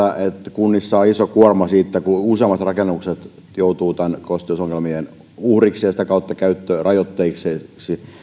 kunnissa on iso kuorma siitä kun yhä useammat rakennukset joutuvat kosteusongelmien uhreiksi ja sitä kautta käyttörajoitteisiksi